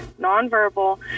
nonverbal